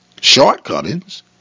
shortcomings